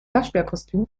waschbärkostüm